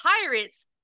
pirates